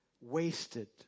wasted